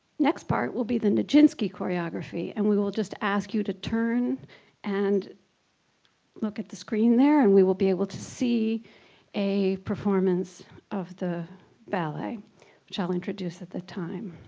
next part will be the nijinsky choreography and we will just ask you to turn and look at the screen there and we will be able to see a performance of the ballet which i'll introduce at the time